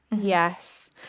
Yes